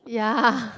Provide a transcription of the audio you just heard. ya